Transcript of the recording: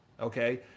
Okay